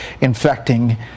infecting